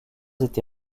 été